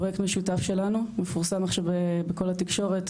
פרויקט משותף שלנו שמפורסם עכשיו בכל התקשורת,